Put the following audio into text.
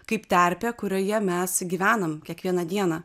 kaip terpė kurioje mes gyvenam kiekvieną dieną